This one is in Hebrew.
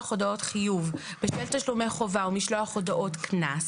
הודעות חיוב בשל תשלומי חובה ומשלוח הודעות קנס,